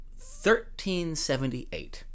1378